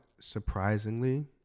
Surprisingly